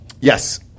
yes